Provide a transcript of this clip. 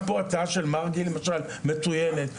ההצעה של מרגי למשל מצוינת,